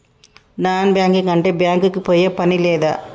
Non banking అంటే bank కి పోయే పని లేదా?